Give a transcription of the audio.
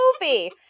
movie